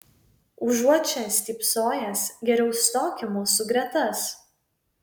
užuot čia stypsojęs geriau stok į mūsų gretas